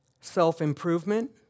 self-improvement